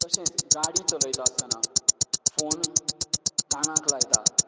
तशेंच गाडी चलयता आसतना फोन कानाक लायतात